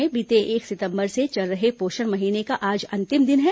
राज्य में बीते एक सितंबर से चल रहे पोषण महीने का आज अंतिम दिन है